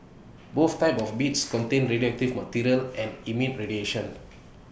both types of beads contain radioactive material and emit radiation